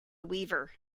weaver